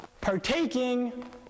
partaking